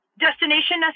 destination